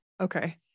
Okay